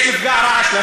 יש מפגע רעש.